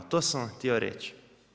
To sam vam htio reći.